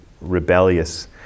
rebellious